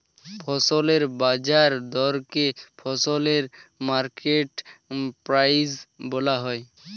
ফসলের বাজার দরকে ফসলের মার্কেট প্রাইস বলা হয়